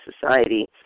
society